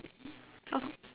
of